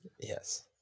Yes